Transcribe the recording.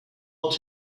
ought